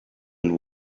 and